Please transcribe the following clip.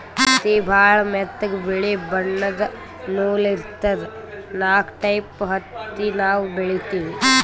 ಹತ್ತಿ ಭಾಳ್ ಮೆತ್ತಗ ಬಿಳಿ ಬಣ್ಣದ್ ನೂಲ್ ಇರ್ತದ ನಾಕ್ ಟೈಪ್ ಹತ್ತಿ ನಾವ್ ಬೆಳಿತೀವಿ